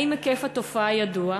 1. האם היקף התופעה ידוע?